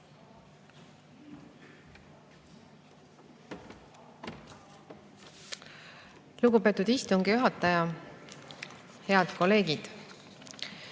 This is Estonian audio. Lugupeetud istungi juhataja! Head kolleegid!